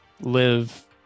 live